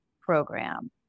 program